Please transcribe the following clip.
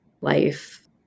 life